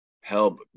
help